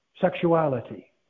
sexuality